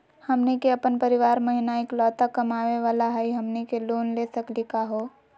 हमनी के अपन परीवार महिना एकलौता कमावे वाला हई, हमनी के लोन ले सकली का हो?